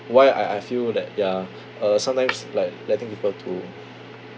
why I I feel that they're uh sometimes like letting people to